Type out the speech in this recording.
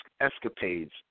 escapades